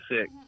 sick